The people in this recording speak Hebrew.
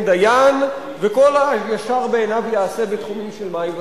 דיין וכל איש הישר בעיניו יעשה בתחומים של מים וחשמל.